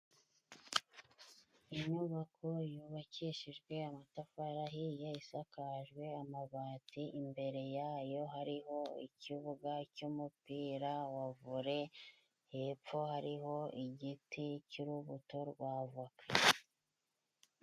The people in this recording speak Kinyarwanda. Inyubako yubakishijwe amatafari isakajwe amabati. Imbere yayo hariho ikibuga cy'umupira wa vole hepfo hariho igiti cy'urubuto rwa voka.